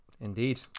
Indeed